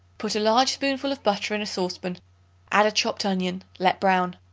put a large spoonful of butter in a saucepan add a chopped onion let brown.